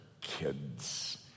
kids